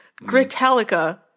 gritalica